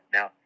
Now